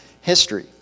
history